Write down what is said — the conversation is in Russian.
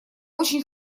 очень